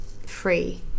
free